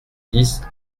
dix